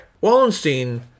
Wallenstein